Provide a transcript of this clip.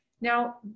Now